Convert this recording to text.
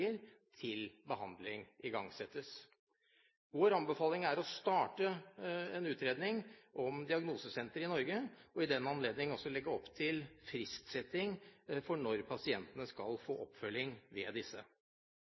til behandling igangsettes. Vår anbefaling er å starte en utredning om diagnosesentre i Norge, og i den anledning også legge opp til fristsetting for når pasientene skal få oppfølging ved disse.